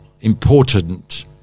important